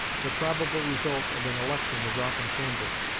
the probable result of an election was often canvassed,